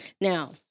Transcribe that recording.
Now